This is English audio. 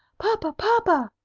papa! papa!